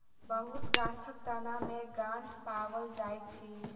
बहुत गाछक तना में गांठ पाओल जाइत अछि